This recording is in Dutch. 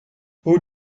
hoe